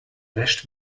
wäscht